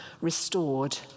restored